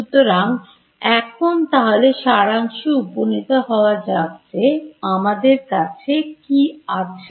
সুতরাং এখন তাহলে সারাংশ উপনীত হওয়া যাক যে আমাদের কাছে কি আছে